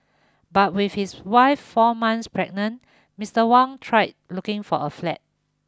but with his wife four months pregnant Mister Wang tried looking for a flat